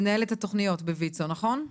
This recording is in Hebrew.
את מנהלת התוכניות בויצו, נכון?